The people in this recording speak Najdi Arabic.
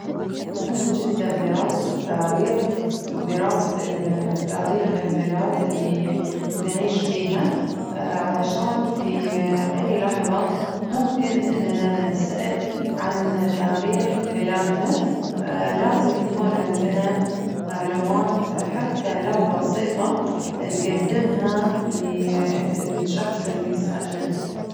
مهم جداً دراسة التاريخ ودراسة التاريخ البلاد اللي نعيش فيها علشان في أي لحظة ممكن إننا ننسأل عن تاريخ بلادنا لازم يكون عندنا معلومات حتى لو بسيطة نقدمها للشخص اللي سألنا.